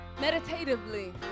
meditatively